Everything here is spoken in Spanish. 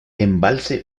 embalse